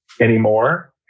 anymore